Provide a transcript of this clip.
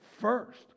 first